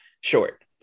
short